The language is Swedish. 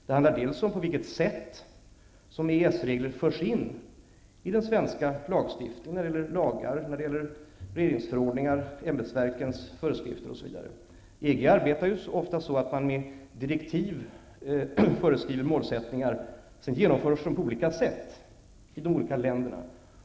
Det handlar bl.a. om vilket sätt som EES-regler förs in i den svenska lagstiftningen, regeringsförordningar, ämbetsverkens föreskrifter osv. EG arbetar ofta så att man i direktiv föreskriver målsättningar, sedan genomförs de på olika sätt i de olika länderna.